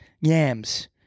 Yams